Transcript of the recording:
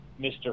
Mr